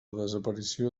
desaparició